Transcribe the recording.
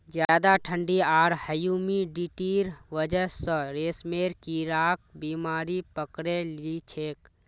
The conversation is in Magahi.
ज्यादा ठंडी आर ह्यूमिडिटीर वजह स रेशमेर कीड़ाक बीमारी पकड़े लिछेक